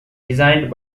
designed